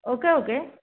okay okay